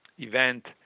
event